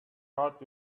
heart